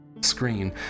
screen